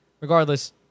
regardless